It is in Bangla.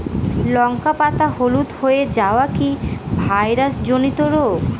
লঙ্কা পাতা হলুদ হয়ে যাওয়া কি ভাইরাস জনিত রোগ?